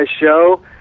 show